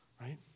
right